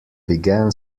began